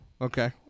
Okay